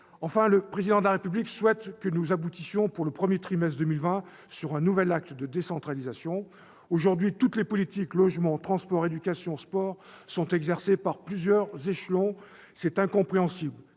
Enfin, le Président de la République souhaite que nous aboutissions, pour le premier trimestre 2020, sur un nouvel acte de décentralisation. Aujourd'hui, toutes les politiques- logement, transport, éducation, sport -sont exercées par plusieurs échelons. C'est incompréhensible